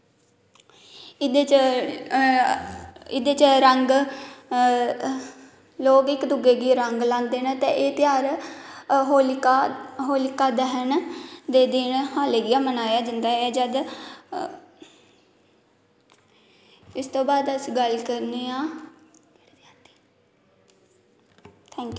एह्दे च एह्दे च रंग लोग इक दूऐ गी रंग लांदे न ते एह् ध्यार होलिका दैह्न दे दिन गी लेइयै मनाया जंदा ऐ जद इसदे बाद अस गल्ल करने आं